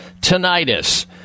tinnitus